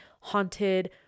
haunted